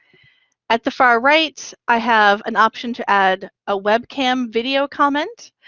at the far right, i have an option to add a webcam video comment.